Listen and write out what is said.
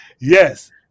Yes